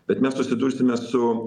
bet mes susidursime su